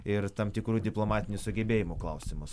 ir tam tikrų diplomatinių sugebėjimų klausimas o